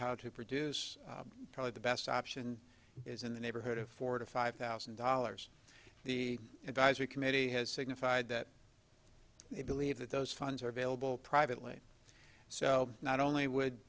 how to produce probably the best option is in the neighborhood of forty five thousand dollars the advisory committee has signified that they believe that those funds are available privately so not only would